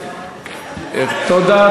תודה,